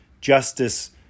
justice